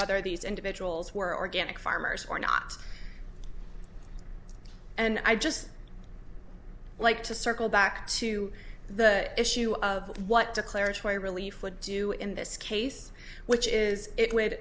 whether these individuals were organic farmers or not and i just like to circle back to the issue of what declaratory relief would do in this case which is it would